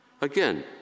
Again